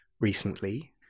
recently